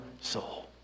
soul